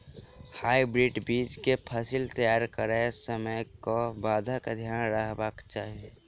Hybrid बीज केँ फसल तैयार करैत समय कऽ बातक ध्यान रखबाक चाहि?